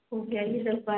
okay आइए दस बार